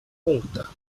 пункта